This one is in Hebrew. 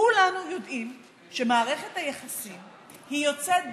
כולנו יודעים שמערכת היחסים היא יוצאת דופן.